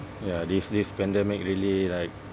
ya this this pandemic really like